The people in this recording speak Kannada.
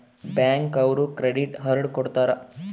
ಬ್ಯಾಂಕ್ ಅವ್ರು ಕ್ರೆಡಿಟ್ ಅರ್ಡ್ ಕೊಡ್ತಾರ